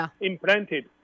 implanted